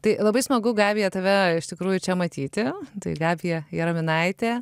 tai labai smagu gabija tave iš tikrųjų čia matyti tai gabija jaraminaitė